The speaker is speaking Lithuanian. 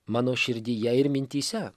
mano širdyje ir mintyse